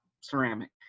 ceramic